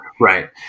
Right